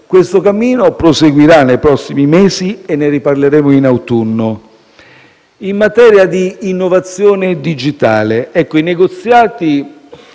Questo cammino proseguirà nei prossimi mesi e ne riparleremo in autunno. In materia di innovazione e digitale, i negoziati